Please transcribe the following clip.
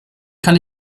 kann